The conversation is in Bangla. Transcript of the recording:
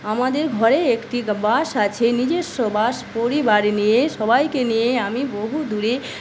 আমাদের ঘরে একটি বাস আছে নিজস্ব বাস পরিবার নিয়ে সবাইকে নিয়ে আমি বহুদূরে